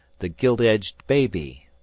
the gilt-edged baby,